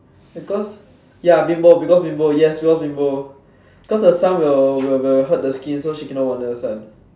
because ya bimbo because bimbo yes because bimbo because the sun will will will hurt the skin so she cannot walk under the sun